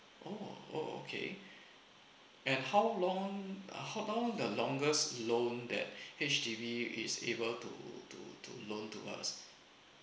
oh oh okay and how long uh how long the longest loan that H_D_B is able to to to loan to us